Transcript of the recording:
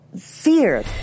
fear